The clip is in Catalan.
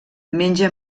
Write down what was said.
menja